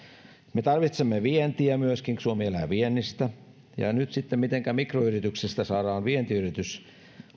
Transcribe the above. me tarvitsemme myöskin vientiä suomi elää viennistä ja mitenkä nyt sitten mikroyrityksestä saadaan vientiyritys